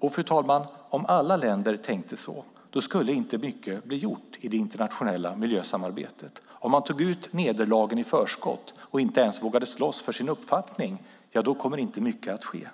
vi. Fru talman! Om alla länder tänkte så skulle inte mycket bli gjort i det internationella miljösamarbetet. Om man tar ut nederlagen i förskott och inte ens vågar slåss för sin uppfattning kommer inte mycket att ske.